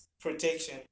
protection